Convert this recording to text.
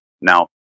Now